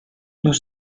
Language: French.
nous